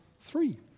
three